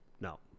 no